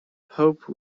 pope